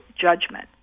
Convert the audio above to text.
judgment